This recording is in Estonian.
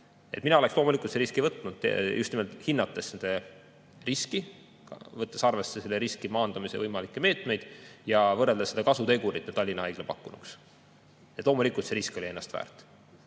Mina oleksin loomulikult selle riski võtnud, just nimelt hinnates seda riski, võttes arvesse selle riski maandamise võimalikke meetmeid ja võrreldes kasutegurit, mida Tallinna Haigla pakkunuks. Loomulikult see risk oli seda väärt.